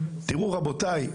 רבותיי,